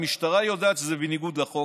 המשטרה יודעת שזה בניגוד לחוק,